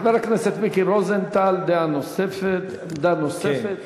חבר הכנסת מיקי רוזנטל, דעה נוספת, עמדה נוספת.